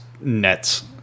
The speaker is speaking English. nets